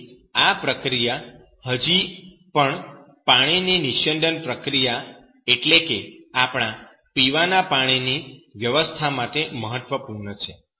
તેથી આ પ્રક્રિયા હજી પણ પાણીની નિસ્યંદન પ્રક્રિયા એટલે કે આપણા પીવાના પાણીની વ્યવસ્થા માટે મહત્વપૂર્ણ છે